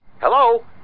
hello